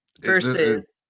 Versus